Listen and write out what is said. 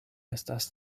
estas